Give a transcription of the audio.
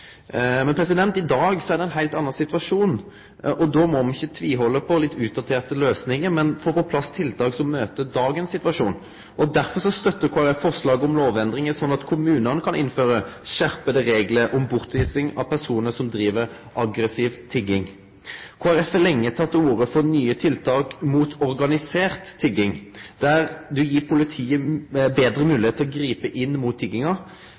dag er det ein heilt annan situasjon, og då må me ikkje tvihalde på litt utdaterte løysingar, men få på plass tiltak som møter situasjonen me har i dag. Derfor støttar Kristeleg Folkeparti forslaget om lovendring sånn at kommunane kan innføre skjerpa reglar om bortvising av personar som driv aggressiv tigging. Kristeleg Folkeparti har lenge teke til orde for nye tiltak mot organisert tigging der ein gir politiet betre moglegheit til å gripe inn mot tigginga.